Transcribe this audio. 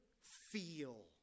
feel